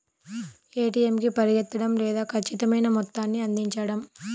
ATM కి పరిగెత్తడం లేదా ఖచ్చితమైన మొత్తాన్ని అందించడం